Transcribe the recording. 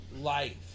life